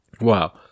Wow